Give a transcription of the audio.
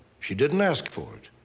she didn't ask for it.